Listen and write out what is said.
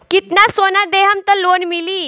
कितना सोना देहम त लोन मिली?